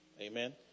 Amen